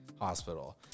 hospital